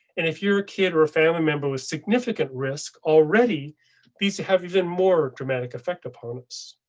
and if you're a kid or a family member was significant risk already these have even more dramatic effect upon us.